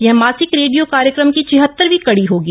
यह मासिक रेडियो कार्यक्रम की छिहत्तरवीं कडी होगी